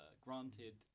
granted